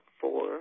four